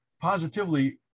positively